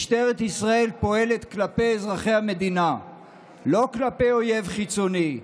משטרת ישראל פועלת כלפי אזרחי המדינה ולא כלפי אויב חיצוני.